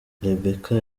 rebekah